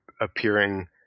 appearing